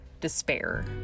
Despair